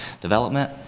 development